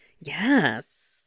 yes